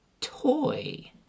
Toy